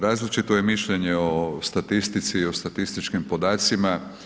Različito je mišljenje o statistici i o statističkim podacima.